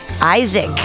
Isaac